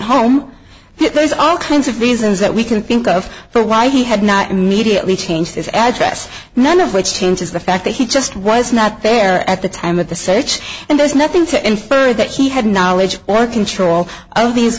home there's all kinds of reasons that we can think of for why he had not immediately changed his address none of which changes the fact that he just was not there at the time of the search and there's nothing to infer that he had knowledge or control over these